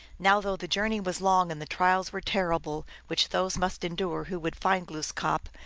now, though the journey was long and the trials were terrible which those must endure who would find glooskap,